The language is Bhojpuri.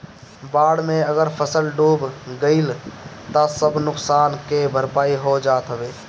बाढ़ में अगर फसल डूब गइल तअ सब नुकसान के भरपाई हो जात हवे